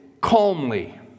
calmly